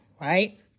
right